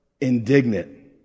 indignant